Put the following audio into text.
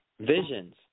visions